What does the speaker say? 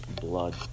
blood